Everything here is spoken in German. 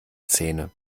zähne